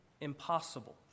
impossible